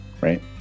right